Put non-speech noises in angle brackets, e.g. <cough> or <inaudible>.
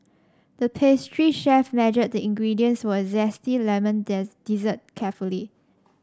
the pastry chef measured the ingredients for a zesty lemon <unintelligible> dessert carefully